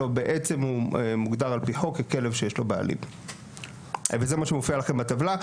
בעצם הוא מוגדר על פי חוק ככלב שיש לו בעלים וזה מה שמופיע לכם בטבלה.